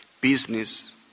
business